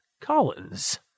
Collins